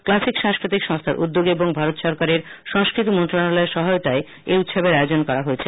classic সাংস্কৃতিক সংস্থার উদ্যোগে এবং ভারত সরকারের সংস্কৃতি মন্ত্রণালয়ের সহায়তায় এই উৎসবের আয়োজন করা হয়